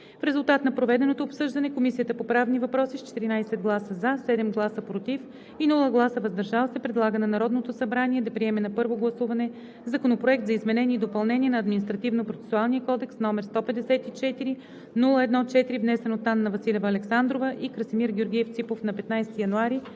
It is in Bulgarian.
В резултат на проведеното обсъждане Комисията по правни въпроси с 14 гласа „за“, 7 гласа „против“ и без „въздържал се“ предлага на Народното събрание да приеме на първо гласуване Законопроект за изменение и допълнение на Административнопроцесуалния кодекс, № 154-01-4, внесен от народните представители Анна Василева Александрова и Красимир Георгиев Ципов на 15 януари